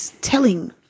telling